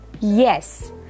Yes